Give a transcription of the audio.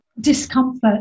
discomfort